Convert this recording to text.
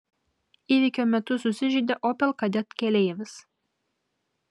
įvykio metu susižeidė opel kadett keleivis